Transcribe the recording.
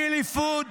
וילי פוד,